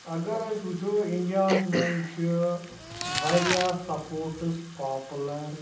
اگر أسۍ وٕچھو اِنڈیاہَس منٛز چھِ واریاہ سپوٹٕس پاپُلَر